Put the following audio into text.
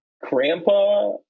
grandpa